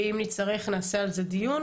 ואם נצטרך נעשה על זה דיון,